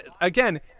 again